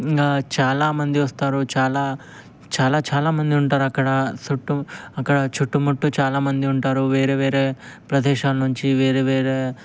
చాలామంది వస్తారు చాలా చాలా చాలా మంది ఉంటారు అక్కడ చుట్టు అక్కడ చుట్టుముట్టు చాలామంది ఉంటారు అక్కడ వేరే వేరే ప్రదేశాల నుంచి వేరేవేరే